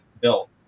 built